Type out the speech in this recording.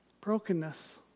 brokenness